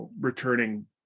returning